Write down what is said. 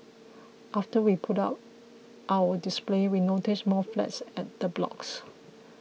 after we put up our display we noticed more flags at the blocks